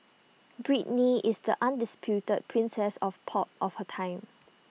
Britney is the undisputed princess of pop of her time